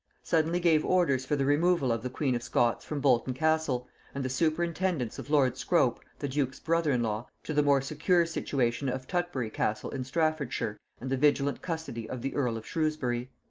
suddenly gave orders for the removal of the queen of scots from bolton-castle and the superintendence of lord scrope, the duke's brother-in-law, to the more secure situation of tutbury-castle in staffordshire and the vigilant custody of the earl of shrewsbury.